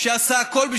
לא.